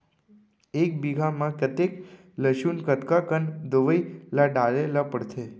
एक बीघा में कतेक लहसुन कतका कन दवई ल डाले ल पड़थे?